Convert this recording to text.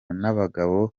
n’abagabo